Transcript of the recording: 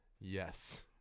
yes